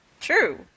True